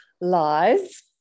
lies